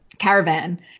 caravan